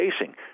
facing